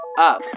up